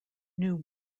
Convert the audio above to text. new